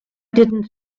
didn’t